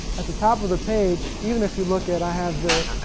at the top of the page even if you look at i have the